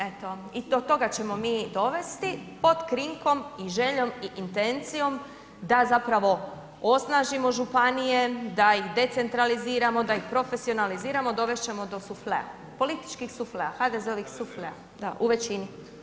Eto i do toga ćemo mi dovesti pod krinkom i željom i intencijom da zapravo osnažimo županije, da ih decentraliziramo, da ih profesionaliziramo, dovest ćemo do soufflea, političkih soufflea, HDZ-a soufflea, da u većini.